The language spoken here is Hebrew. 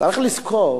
צריך לזכור